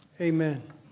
amen